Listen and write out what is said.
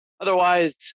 otherwise